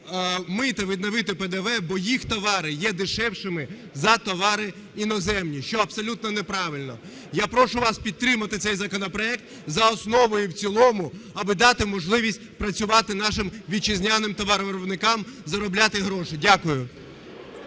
мито, відновити ПДВ, бо їх товари є дешевшими за товари іноземні, що абсолютно неправильно. Я прошу вас підтримати цей законопроект за основу і в цілому, аби дати можливість працювати нашим вітчизняним товаровиробникам заробляти гроші. Дякую.